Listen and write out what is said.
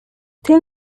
tell